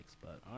but-